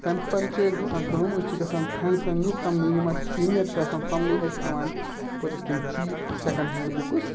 تَمہِ پَتہٕ چھِ أسۍ گژھان کٲم أسۍ چھِ گژھان فرٛینٛڈسَن نِش تَمنٕے یِم اَسہِ سیٖنیر چھِ آسان تَمنٕے چھِ أسۍ ہٮ۪وان پوٚتُس تِم چیٖپ سیکنٛڈ ہینٛڈ بُکٕس